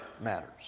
matters